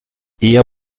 eher